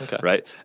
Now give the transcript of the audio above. right